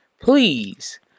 please